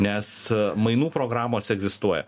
nes mainų programos egzistuoja